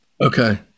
okay